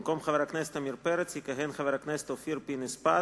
במקום חבר הכנסת עמיר פרץ יכהן חבר הכנסת אופיר פינס-פז.